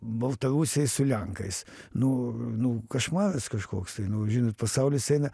baltarusiai su lenkais nu nu kašmaras kažkoks tai nu žinot pasaulis eina